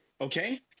okay